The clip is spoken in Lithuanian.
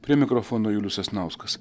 prie mikrofono julius sasnauskas